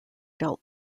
dealt